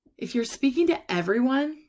if you're speaking to. everyone,